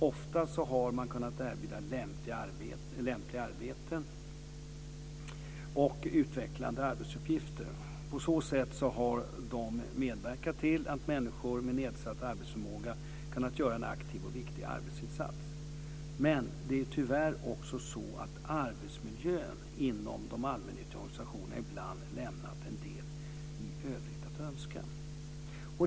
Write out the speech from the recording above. Ofta har man kunnat erbjuda lämpliga arbeten och utvecklande arbetsuppgifter. På så sätt har man medverkat till att människor med nedsatt arbetsförmåga har kunnat göra en aktiv och viktig arbetsinsats. Men det är tyvärr också så att arbetsmiljön inom de allmännyttiga organisationerna ibland lämnat en del i övrigt att önska.